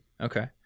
Okay